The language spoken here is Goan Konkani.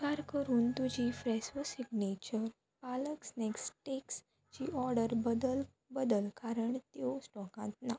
उपकार करून तुजी फ्रॅशो सिग्नेचर पालक स्नॅक स्टिक्सची ऑर्डर बदल बदल कारण त्यो स्टॉकांत ना